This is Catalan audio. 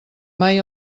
mai